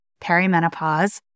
Perimenopause